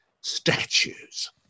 statues